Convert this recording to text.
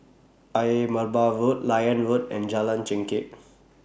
Ayer Merbau Road Liane Road and Jalan Chengkek